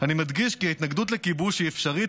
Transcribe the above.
"אני מדגיש כי ההתנגדות לכיבוש היא אפשרית,